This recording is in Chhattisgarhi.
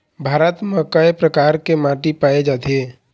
भारत म कय प्रकार के माटी पाए जाथे?